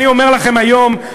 אני אומר לכם היום,